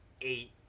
eight